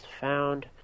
found